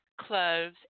cloves